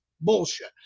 Bullshit